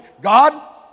God